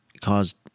caused